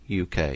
UK